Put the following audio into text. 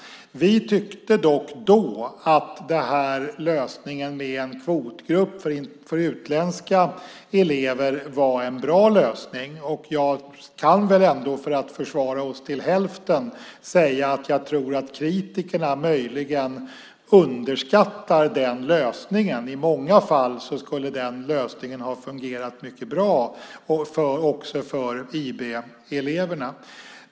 Vi tyckte dock då att lösningen med en kvotgrupp för utländska elever var en bra lösning. Jag kan väl ändå för att försvara oss till hälften säga att jag tror att kritikerna möjligen underskattar den lösningen. I många fall skulle den ha fungerat mycket bra också för IB-eleverna.